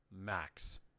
max